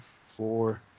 four